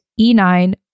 E9